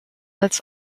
als